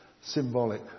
symbolic